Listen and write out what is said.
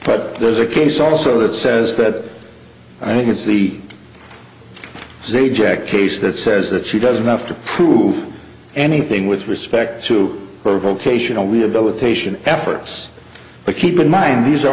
but there's a case also that says that i think it's the z jack case that says that she doesn't have to prove anything with respect to vocational rehabilitation efforts but keep in mind these are